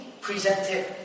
presented